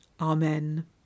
Amen